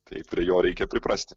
tai prie jo reikia priprasti